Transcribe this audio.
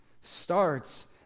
starts